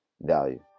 value